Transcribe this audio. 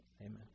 Amen